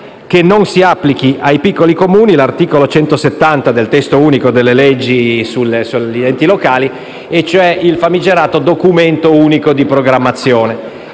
che non si applichi ai piccoli Comuni l'articolo 170 del testo unico delle leggi sull'ordinamento degli enti locali, e cioè il famigerato documento unico di programmazione.